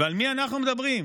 ועל מי אנחנו מדברים?